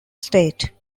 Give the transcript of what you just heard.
state